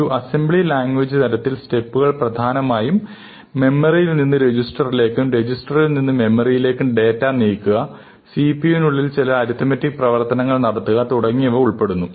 ഒരു assembly language തലത്തിൽ സ്റ്റെപ്പുകൾ പ്രധാനമായും മെമ്മറിയിൽ നിന്ന് രജിസ്റ്ററിലേക്കും രജിസ്റ്ററിൽ നിന്നും മെമ്മറിയിലേക്കും ഡാറ്റ നീക്കുക CPU വിനുള്ളിൽ ചില അരിതമേറ്റിക് പ്രവർത്തനം നടത്തുക തുടങ്ങിയവ ഉൾപ്പെടുന്നു